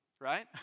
right